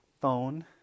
phone